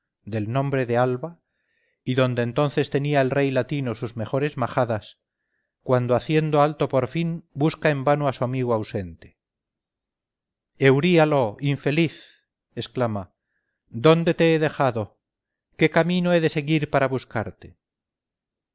del nombre del alba y donde entonces tenía el rey latino sus mejores majadas cuando haciendo alto por fin busca en vano a su amigo ausente euríalo infeliz exclama donde te he dejado qué camino he de seguir para buscarte